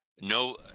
No